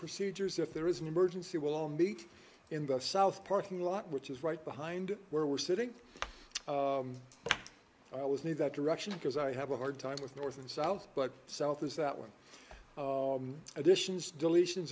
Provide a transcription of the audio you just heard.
procedures if there is an emergency we'll all meet in the south parking lot which is right behind where we're sitting but i was near that direction because i have a hard time with north and south but south is that when additions deletion